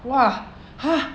!wah! !huh!